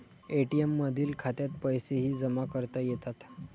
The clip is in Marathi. ए.टी.एम मधील खात्यात पैसेही जमा करता येतात